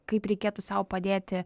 kaip reikėtų sau padėti